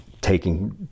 taking